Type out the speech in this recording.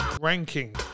Ranking